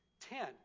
Ten